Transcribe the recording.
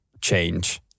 change